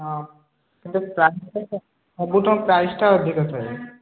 ହଁ କିନ୍ତୁ ସବୁଠୁ ପ୍ରାଇସ୍ଟା ଅଧିକ ଥାଏ